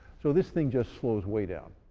so this thing just slows way down.